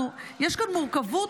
יש כאן מורכבות.